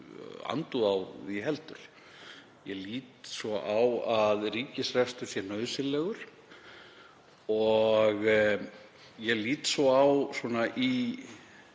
andúð á honum heldur. Ég lít svo á að ríkisrekstur sé nauðsynlegur og ég lít svo á að í